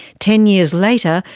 ten years later,